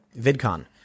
VidCon